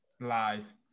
live